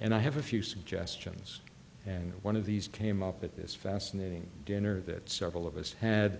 and i have a few suggestions and one of these came up at this fascinating dinner that several of us had